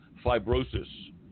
fibrosis